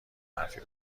حرفی